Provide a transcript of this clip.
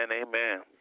Amen